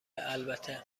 البته